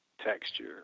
texture